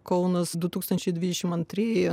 kaunas du tūkstančiai dvidešim antri